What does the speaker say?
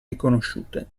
riconosciute